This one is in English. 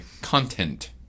content